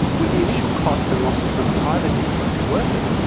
would the initial cost and loss of some privacy be worth it?